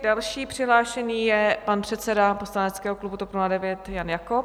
Další přihlášený je pan předseda poslaneckého klubu TOP 09 Jan Jakob.